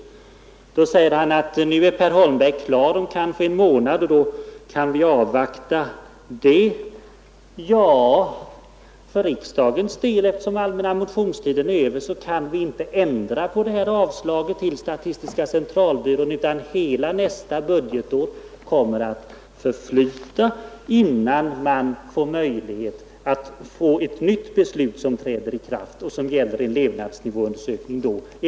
Vidare säger herr Engström att nu är Per Holmberg klar med sitt arbete om kanske en månad och därför kan vi avvakta resultatet av det. Men eftersom den allmänna motionstiden är över för i år kan vi här i riksdagen inte senare ändra på det begärda avslaget till statistiska centralbyrån, utan hela nästa budgetår kommer att förflyta innan vi får möjlighet att fatta ett nytt beslut som träder i kraft och som gäller en levnadsnivåundersökning först därefter.